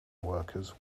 workers